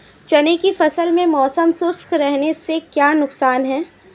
चने की फसल में मौसम शुष्क रहने से क्या नुकसान है?